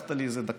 לקחת לי דקה,